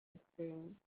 experience